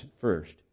first